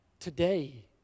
Today